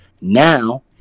Now